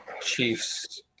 chiefs